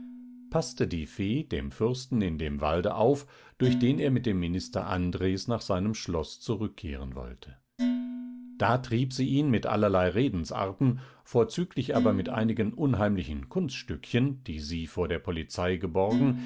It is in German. paßte die fee dem fürsten in dem walde auf durch den er mit dem minister andres nach seinem schloß zurückkehren wollte da trieb sie ihn mit allerlei redensarten vorzüglich aber mit einigen unheimlichen kunststückchen die sie vor der polizei geborgen